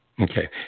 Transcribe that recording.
Okay